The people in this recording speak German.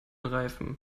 reifen